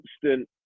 constant